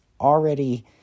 already